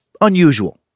unusual